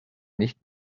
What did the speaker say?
nicht